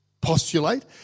postulate